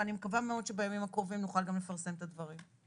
ואני מקווה מאוד שבימים הקרובים נוכל גם לפרסם את הדברים.